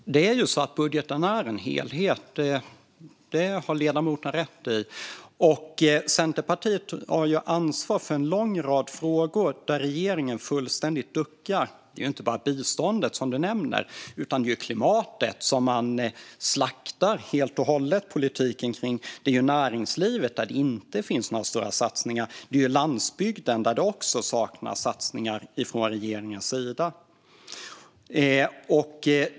Herr talman! Det är ju så att budgeten är en helhet. Det har ledamoten rätt i. Centerpartiet tar ansvar i en lång rad frågor där regeringen fullständigt duckar. Det är inte bara biståndet, som ledamoten nämner. Det är klimatet, som man slaktar politiken kring helt och hållet. Det är näringslivet, där det inte finns några stora satsningar. Det är landsbygden, där det också saknas satsningar från regeringens sida.